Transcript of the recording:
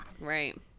Right